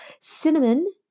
Cinnamon